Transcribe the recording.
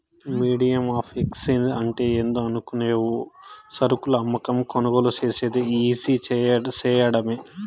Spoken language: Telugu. మీడియం ఆఫ్ ఎక్స్చేంజ్ అంటే ఏందో అనుకునేవు సరుకులు అమ్మకం, కొనుగోలు సేసేది ఈజీ సేయడమే